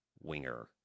winger